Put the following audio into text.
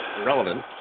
irrelevant